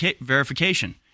verification